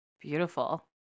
Beautiful